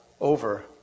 over